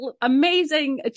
amazing